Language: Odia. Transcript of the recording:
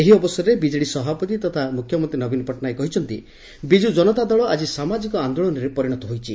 ଏହି ଅବସରରେ ବିଜେଡି ସଭାପତି ତଥା ମୁଖ୍ୟମନ୍ତୀ ନବୀନ ପଟ୍ଟନାୟକ କହିଛନ୍ତି ବିଜୁ କନତା ଦଳ ଆକି ସାମାଜିକ ଆନ୍ଦୋଳନରେ ପରିଶତ ହୋଇଛି